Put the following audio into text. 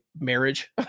marriage